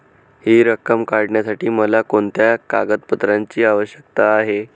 हि रक्कम काढण्यासाठी मला कोणत्या कागदपत्रांची आवश्यकता आहे?